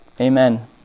Amen